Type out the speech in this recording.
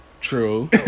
True